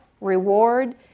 reward